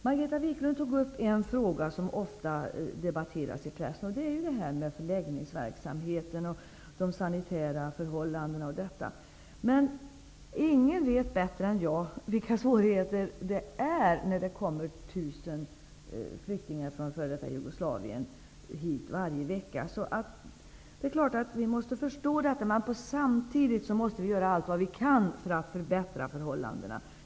Margareta Viklund tog upp en fråga som ofta debatteras i pressen, nämligen förläggningsverksamheten och de sanitära förhållandena. Ingen vet bättre än jag vilka svårigheter det är när det kommer tusen flyktingar från f.d. Jugoslavien hit varje vecka. Vi måste alltså förstå svårigheterna, men samtidigt måste vi göra allt vi kan för att förbättra förhållandena.